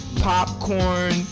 popcorn